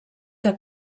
que